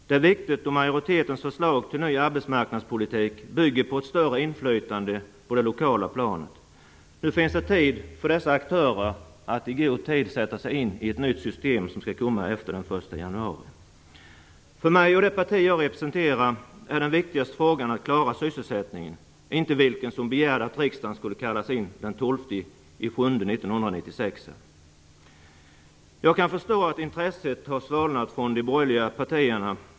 Det är viktigt då majoritetens förslag till ny arbetsmarknadspolitik bygger på ett större inflytande på det lokala planet. Nu finns det tid för dessa aktörer att i god tid sätta sig in i ett nytt system som skall införas efter den 1 januari. För mig och det parti som jag representerar är den viktigaste frågan att klara sysselsättningen, inte vilken som begärde att riksdagen skulle kallas in den 12 juli Jag kan förstå att intresset har svalnat från de borgerliga partierna.